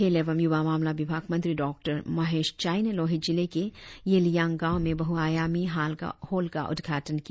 खेल एवं यूवा मामला विभाग मंत्री डॉ मोहेश चाई ने लोहित जिले के येलियांग गांव में बहुआयामी हॉल का उद्घाटन किया